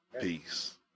Peace